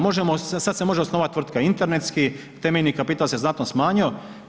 Možemo sada se može osnovati tvrtka internetski, temeljni kapital se znatno smanjio.